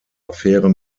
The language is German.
affäre